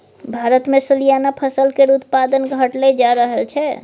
भारतमे सलियाना फसल केर उत्पादन घटले जा रहल छै